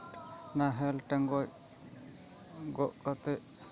ᱱᱟᱦᱮᱞ ᱴᱮᱸᱜᱚᱡ ᱜᱚᱜ ᱠᱟᱛᱮᱫ